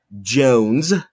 Jones